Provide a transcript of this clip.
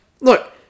look